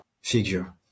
figure